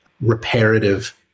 reparative